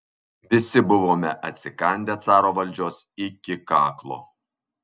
visi buvome atsikandę caro valdžios iki kaklo